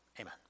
Amen